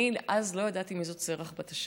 אני אז לא ידעתי מי זאת שרח בת אשר,